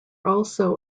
also